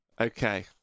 Okay